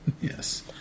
Yes